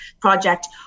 project